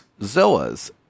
Zoas